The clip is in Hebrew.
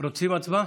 רוצים הצבעה?